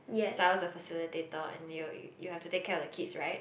as I was a facilitator and you you have to take care of the kids right